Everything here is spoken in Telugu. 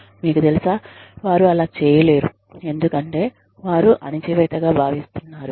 మీకు తెలుసా వారు అలా చేయలేరు ఎందుకంటే వారు అణచివేతగ భావిస్తున్నారు